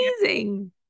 amazing